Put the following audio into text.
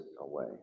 away